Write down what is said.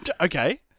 Okay